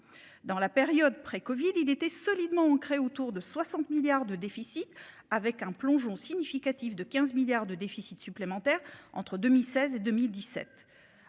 Dans la période pré-Covid il était solidement ancrée autour de 60 milliards de déficit avec un plongeon significative de 15 milliards de déficits supplémentaires entre 2016 et 2017